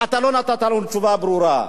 אתה לא נתת לנו תשובה ברורה.